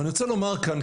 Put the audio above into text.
ואני רוצה לומר כאן,